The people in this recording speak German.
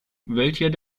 welcher